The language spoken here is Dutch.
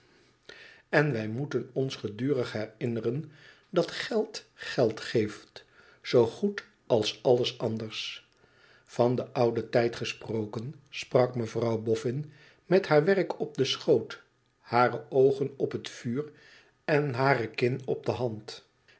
en wij moeten ons gedurig herinneren dat geld geld geeft zoogoed als alles anders van den ouden tijd gesproken sprak mevrouw boffin met haar werk op den schoot hare oogen op het vuur en hare kin op de hand